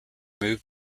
moved